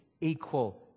equal